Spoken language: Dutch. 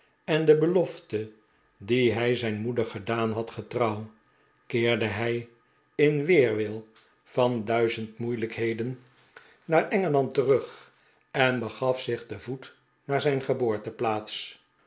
eri de belofte die hij zijn moeder gedaan had getrouw keerde hij in weerwil van duizend moeilijkheden naar engeland terug en begaf zich te voet naar zijn geboorteplaats